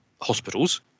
hospitals